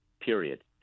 period